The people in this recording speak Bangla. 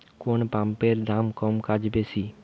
কোন পাম্পের দাম কম কাজ বেশি?